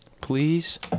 please